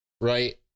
right